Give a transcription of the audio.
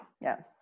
Yes